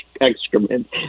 excrement